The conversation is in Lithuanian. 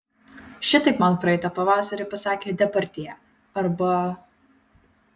šitaip man praeitą pavasarį pasakė depardjė arba